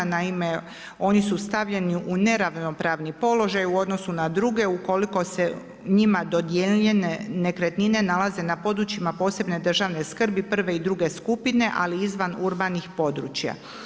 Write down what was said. Naime, oni si stavljeni u neravnopravni položaj u odnosu na druge ukoliko se njima dodijeljene nekretnine nalaze na područjima posebne državne skrbim prve i druge skupine ali izvan urbanih područja.